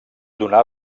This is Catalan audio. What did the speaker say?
donar